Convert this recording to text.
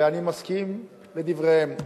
ואני מסכים לדבריהם.